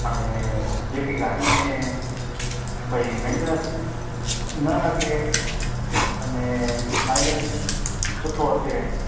अने जेकी गाॾीअ में भई मैंटेनैंस न लॻे अने माइलेज बि सुठो अचे